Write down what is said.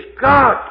God